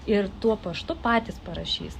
ir tuo paštu patys parašys